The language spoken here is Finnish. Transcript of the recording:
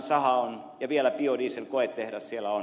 saha on ja vielä biodieselkoetehdas siellä on